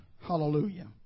Hallelujah